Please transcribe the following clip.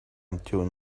until